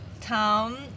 town